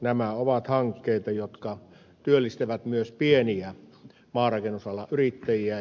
nämä ovat hankkeita jotka työllistävät myös pieniä maanrakennusalan yrittäjiä